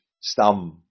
Stam